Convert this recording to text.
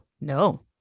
No